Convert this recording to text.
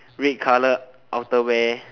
right colour outer wear